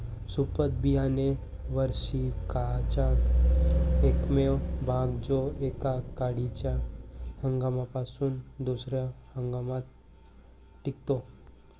सुप्त बियाणे वार्षिकाचा एकमेव भाग जो एका वाढीच्या हंगामापासून दुसर्या हंगामात टिकतो